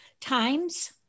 TIMES